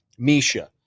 Misha